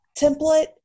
template